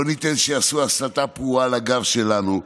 לא ניתן שיעשו הסתה פרועה על הגב שלנו,